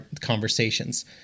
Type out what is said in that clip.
conversations